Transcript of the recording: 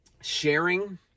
sharing